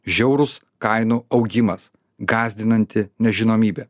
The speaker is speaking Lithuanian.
žiaurus kainų augimas gąsdinanti nežinomybė